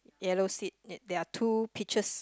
yellow seat there there are two pictures